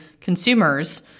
consumers